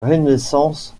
renaissance